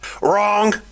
Wrong